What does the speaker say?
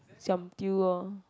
siam diu lor